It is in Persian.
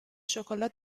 شکلات